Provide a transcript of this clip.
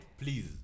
please